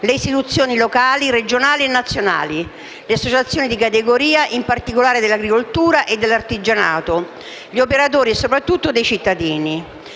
le istituzioni locali, regionali e nazionali, le associazioni di categoria, in particolare dell’agricoltura e dell’artigianato, di operatori e soprattutto dei cittadini.